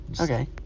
Okay